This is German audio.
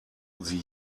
sie